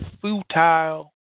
futile